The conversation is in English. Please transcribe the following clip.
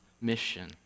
mission